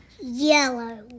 yellow